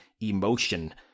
emotion